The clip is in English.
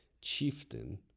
chieftain